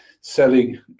selling